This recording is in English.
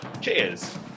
cheers